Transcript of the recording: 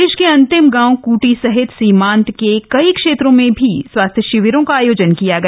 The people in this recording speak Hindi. देश के अंतिम गांव कृटी सहित सीमांत के कई क्षेत्रों में भी स्वास्थ्य शिविरों का आयोजन किया गया